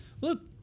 look